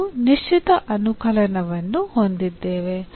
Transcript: ನಾವು ನಿಶ್ಚಿತ ಅನುಕಲನವನ್ನು ಹೊಂದಿದ್ದೇವೆ